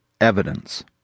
evidence